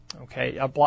Okay